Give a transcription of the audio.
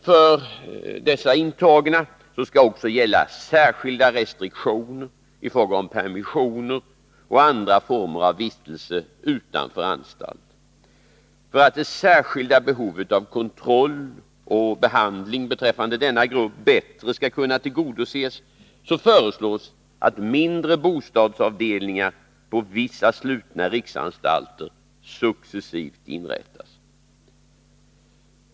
För dessa intagna skall också gälla särskilda restriktioner i fråga om permissioner och andra former av vistelse utanför anstalt. För att det särskilda behovet av kontroll och behandling beträffande denna grupp bättre skall kunna tillgodoses föreslås att mindre bostadsavdelningar på vissa slutna riksanstalter successivt inrättas.